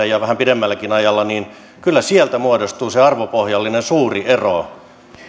ja vähän pidemmälläkin ajalla kyllä muodostuu se arvopohjallinen suuri ero